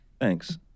Thanks